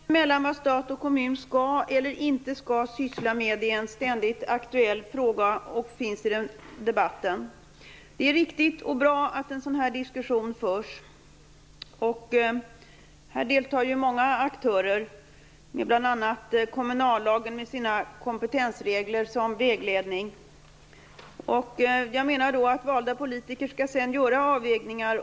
Herr talman! Gränsdragningen mellan vad stat och kommun skall och inte skall syssla med är en ständigt aktuell fråga i debatten. Det är riktigt och bra att en sådan diskussion förs. Här deltar ju många aktörer, med bl.a. kommunallagen och dess kompetensregler som vägledning. Valda politiker skall sedan göra avvägningar.